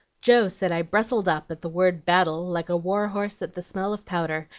joe said i brustled up at the word battle like a war-horse at the smell of powder,